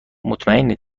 مطمیئنم